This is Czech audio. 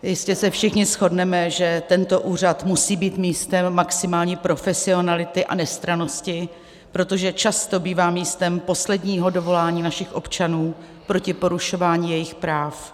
Jistě se všichni shodneme, že tento úřad musí být místem maximální profesionality a nestrannosti, protože často bývá místem posledního dovolání našich občanů proti porušování jejich práv.